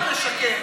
פחות לשקר,